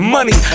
Money